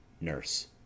Nurse